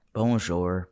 Bonjour